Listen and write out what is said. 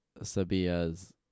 Sabia's